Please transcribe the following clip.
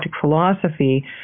philosophy